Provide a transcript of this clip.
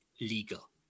legal